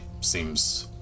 seems